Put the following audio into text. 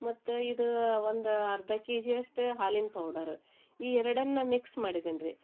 ಮತ್ತು ಇದು ಒಂದು ಅರ್ಧ ಕೆಜಿ ಅಷ್ಟು ಹಾಲಿನ ಪೌಡರ ಈ ಎರಡನ್ನು ಮಿಕ್ಸ್ ಮಾಡಿದ್ದೇನೆ ರೀ